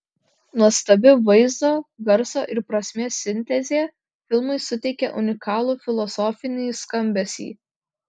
nuostabi vaizdo garso ir prasmės sintezė filmui suteikia unikalų filosofinį skambesį